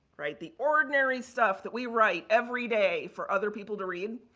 right, the ordinary stuff that we write every day for other people to read,